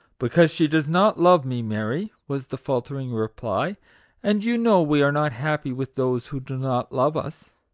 because she does not love me, mary, was the faltering reply and you know we are not happy with those who do not love us.